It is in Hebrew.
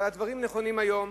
הדברים נכונים היום,